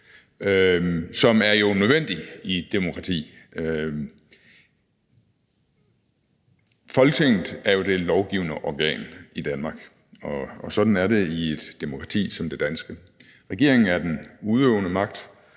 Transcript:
som jo er nødvendig i et demokrati. Folketinget er jo det lovgivende organ i Danmark, og sådan er det i et demokrati som det danske. Regeringen er den udøvende magt,